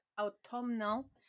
autumnal